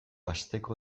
asteko